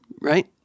right